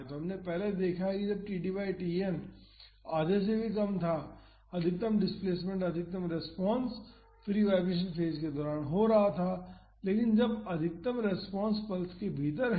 तो हमने पहले देखा है कि जब td बाई Tn आधे से भी कम था अधिकतम डिस्प्लेसमेंट अधिकतम रेस्पॉन्स फ्री वाईब्रेशन फेज के दौरान हो रहा था लेकिन अब अधिकतम रेस्पॉन्स पल्स के भीतर है